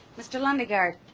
mr. lundegaard,